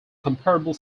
comparable